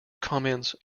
comments